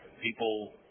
people